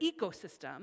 ecosystem